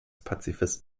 pazifist